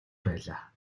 байлаа